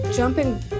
Jumping